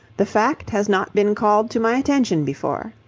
the fact has not been called to my attention before.